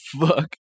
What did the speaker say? fuck